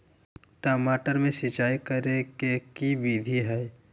टमाटर में सिचाई करे के की विधि हई?